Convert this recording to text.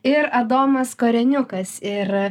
ir adomas koreniukas ir